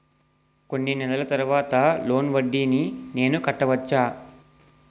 కొన్ని నెలల తర్వాత లోన్ వడ్డీని నేను కట్టవచ్చా?